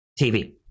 TV